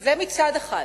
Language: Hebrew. זה מצד אחד.